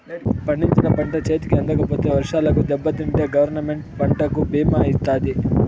పండించిన పంట చేతికి అందకపోతే వర్షాలకు దెబ్బతింటే గవర్నమెంట్ పంటకు భీమా ఇత్తాది